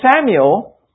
Samuel